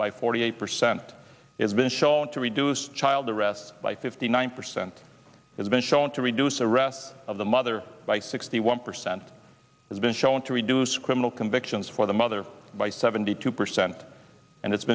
by forty eight percent it's been shown to reduce child arrest by fifty one percent it's been shown to reduce arrests of the mother by sixty one percent has been shown to reduce criminal convictions for the mother by seventy two percent and it's